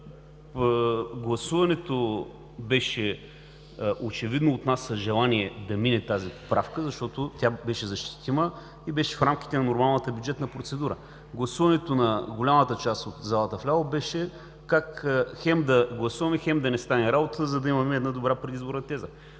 гласуването беше очевидно от нас с желание да мине тази поправка, защото тя беше защитима и бе в рамките на нормалната бюджетна процедура. Гласуването на голямата част от залата вляво беше как хем да гласуваме, хем да не стане работата, за да имаме една добра предизборна теза.